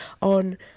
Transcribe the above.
on